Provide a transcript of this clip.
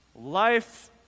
life